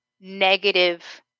negative